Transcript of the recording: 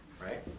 Right